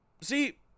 See